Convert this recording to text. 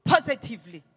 Positively